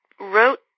wrote